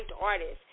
artists